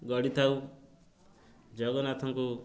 ଗଢ଼ିଥାଉ ଜଗନ୍ନାଥଙ୍କୁ